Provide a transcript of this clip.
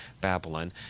Babylon